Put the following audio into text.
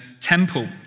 temple